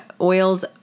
oils